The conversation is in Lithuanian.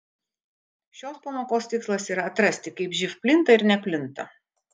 šios pamokos tikslas yra atrasti kaip živ plinta ir neplinta